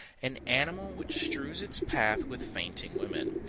an animal which strews its path with fainting women.